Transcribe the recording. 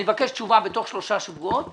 אני מבקש תשובה בתוך שלושה שבועות